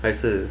还是